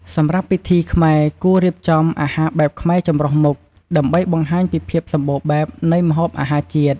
សម្រាប់ពិធីខ្មែរ គួររៀបចំ អាហារបែបខ្មែរចម្រុះមុខ ដើម្បីបង្ហាញពីភាពសម្បូរបែបនៃម្ហូបអាហារជាតិ។